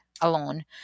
alone